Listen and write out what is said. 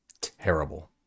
Terrible